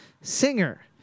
singer